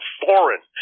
foreign